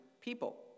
people